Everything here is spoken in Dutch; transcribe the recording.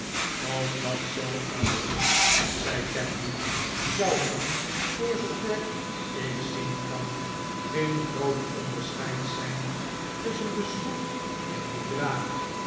als dat zoo aanhield zei tapley zou er voor zoover ik zien kan geen groot onderscheid zijn tusschen de schroef en de draak